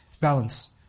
balance